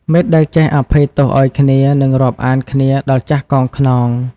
មិត្តដែលចេះអភ័យទោសឱ្យគ្នា នឹងរាប់អានគ្នាដល់ចាស់កោងខ្នង។